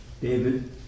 David